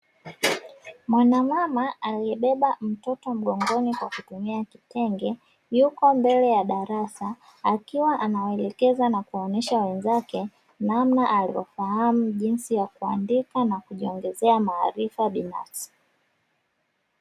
Mwanamama aliyebeba mtoto mgongoni kwa kitenge, yuko mbele ya darasa, akiwa anawaelekeza na kuwaonyesha wenzake namna alivyofahamu kuandika na kujiongezea maarifa binafsi.